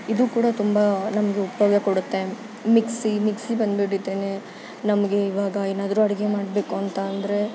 ಇದೂ ಕೂಡ ತುಂಬ ನಮಗೆ ಉಪಯೋಗ ಕೊಡುತ್ತೆ ಮಿಕ್ಸಿ ಮಿಕ್ಸಿ ಬಂದುಬಿಟ್ಟಿತೆನೆ ನಮಗೆ ಇವಾಗ ಏನಾದ್ರೂ ಅಡಿಗೆ ಮಾಡಬೇಕು ಅಂತ ಅಂದರೆ